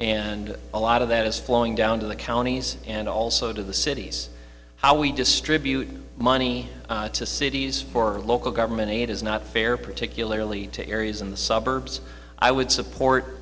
and a lot of that is flowing down to the counties and also to the cities how we distribute money to cities for local government aid is not fair particularly to areas in the suburbs i would support